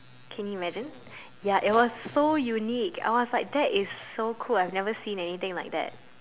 can you imagine ya it was so unique I was like that is so cool I have never seen anything like that